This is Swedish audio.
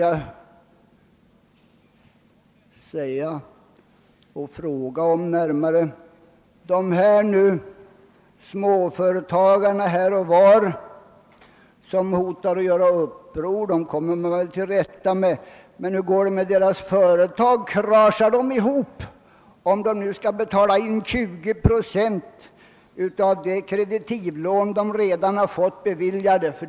Man kan måhända tala till rätta de småföretagare som här och var hotar med att göra uppror, men hur går det med deras företag? Går de inte omkull om de måste avstå från 20 procent av de kreditivlån de redan fått beviljade?